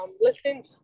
Listen